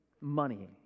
money